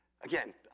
Again